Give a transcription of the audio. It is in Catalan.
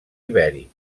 ibèric